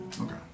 Okay